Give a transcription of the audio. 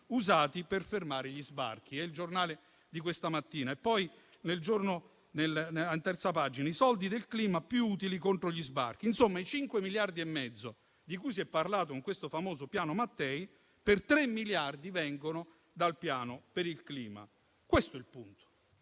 usati per fermare gli sbarchi» (è il giornale di questa mattina). Poi, in terza pagina: «I soldi del clima più utili contro gli sbarchi». Insomma, i 5,5 miliardi di cui si è parlato in questo famoso Piano Mattei, per 3 miliardi vengono dal piano per il clima. Questo è il punto: